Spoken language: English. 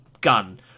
gun